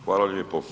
Hvala lijepo.